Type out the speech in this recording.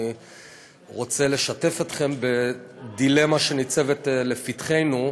אני רוצה לשתף אתכם בדילמה שניצבת לפתחנו,